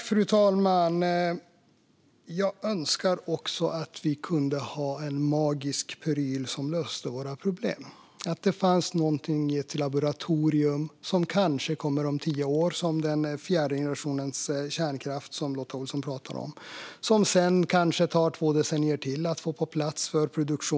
Fru talman! Jag önskar också att vi hade en magisk pryl som löste våra problem. Det kanske finns något i ett laboratorium som kommer om tio år, som den fjärde generationens kärnkraft som Lotta Olsson pratar om, och som det sedan tar kanske två decennier till att få på plats för produktion.